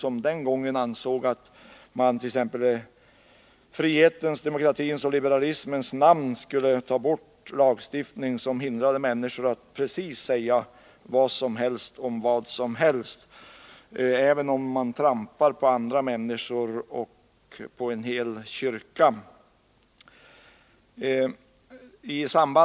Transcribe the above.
Då ansågs ju att man i frihetens, demokratins och liberalismens namn skulle ta bort lagstiftning som hindrade människor att säga precis vad som helst om vad som helst. Människorna skulle ges rätt att yttra sig fritt, även om de trampar på andra människor och en hel kyrka.